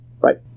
right